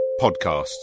podcasts